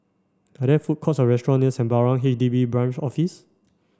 are there food courts or restaurants near Sembawang H D B Branch Office